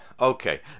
okay